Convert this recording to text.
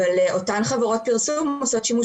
אבל אותן חברות פרסום עושות שימוש